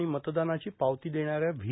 आणि मतदानाची पावती देणाऱ्या व्ही